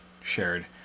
shared